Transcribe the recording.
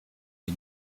die